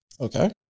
Okay